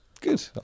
Good